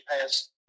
past